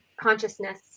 consciousness